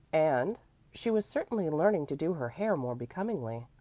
and she was certainly learning to do her hair more becomingly.